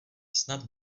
snad